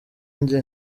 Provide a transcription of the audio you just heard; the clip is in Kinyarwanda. njye